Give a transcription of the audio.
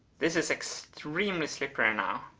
this is extremely slippery now.